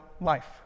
life